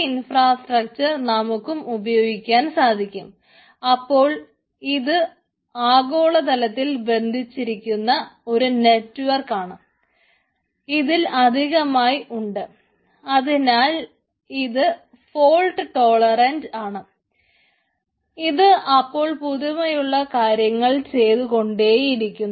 ഇത് അപ്പോൾ പുതുമയുള്ള കാര്യങ്ങൾ ചെയ്തു കൊണ്ടേയിരിക്കുന്നു